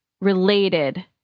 related